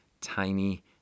Tiny